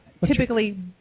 typically